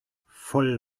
voll